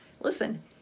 listen